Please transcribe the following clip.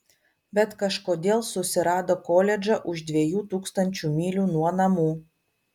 bet kažkodėl susirado koledžą už dviejų tūkstančių mylių nuo namų